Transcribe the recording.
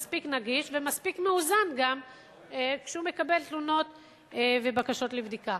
מספיק נגיש וגם מספיק מאוזן כשהוא מקבל תלונות ובקשות לבדיקה.